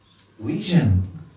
vision